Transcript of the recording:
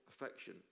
affection